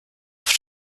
oft